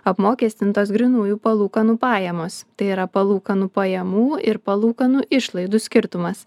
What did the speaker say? apmokestintos grynųjų palūkanų pajamos tai yra palūkanų pajamų ir palūkanų išlaidų skirtumas